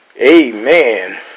amen